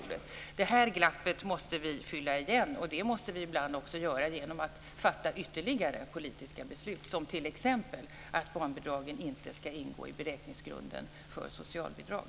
Det glappet måste vi fylla igen, och det måste vi ibland göra genom att fatta ytterligare politiska beslut, som t.ex. att barnbidragen inte ska ingå i beräkningsgrunden för socialbidrag.